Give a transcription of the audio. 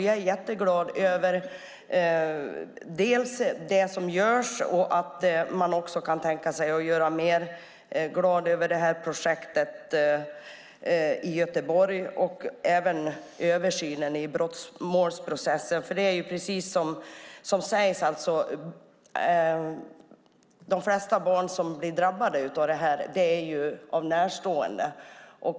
Jag är glad över vad som görs och att man kan tänka sig att göra mer. Jag är glad åt projektet i Göteborg och åt översynen i brottmålsprocessen. I de flesta fall där barn blir drabbade av detta är det av en närstående.